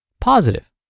Positive